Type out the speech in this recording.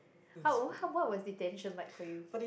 how w~ how what was detention like for you